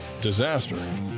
Disaster